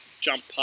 jump